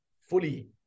fully